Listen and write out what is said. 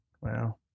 wow